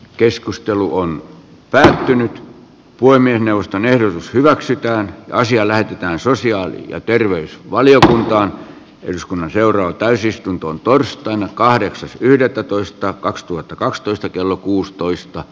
keskustelu on päätynyt voimien neuvoston ehdotus hyväksytään on siellä ja suosioon ja terveysvaliokuntaan eskonen seuraa täysistuntoon torstaina kahdeksas yhdettätoista kaksituhattakaksitoista kello kuusitoista